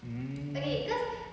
mm